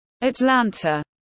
Atlanta